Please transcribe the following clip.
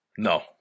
No